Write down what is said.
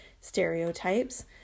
stereotypes